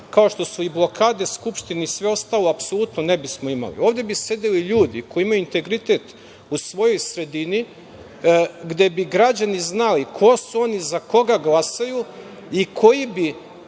kao što su i blokade Skupštine i sve ostalo, apsolutno ne bismo imali. Ovde bi sedeli ljudi koji imaju integritet u svojoj sredini, gde bi građani znali ko su oni, za koga glasaju i koji bi